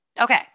Okay